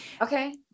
Okay